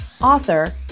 author